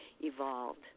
evolved